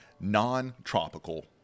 non-tropical